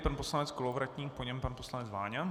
Pan poslanec Kolovratník, po něm pan poslanec Váňa.